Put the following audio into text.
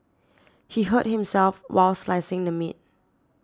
he hurt himself while slicing the meat